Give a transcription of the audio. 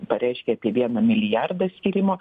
pareiškė apie vieną milijardą skyrimo